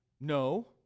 No